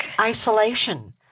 isolation